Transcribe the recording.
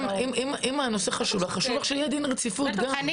אם הנושא חשוב לך, חשוב לך שיהיה דין רציפות גם.